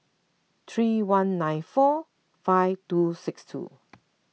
three one nine four five two six two